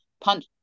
punch